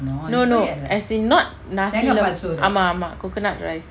no no as in not nasi lemak ஆமா ஆமா:aama aama coconut rice